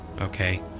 Okay